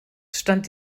stand